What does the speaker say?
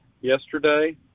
yesterday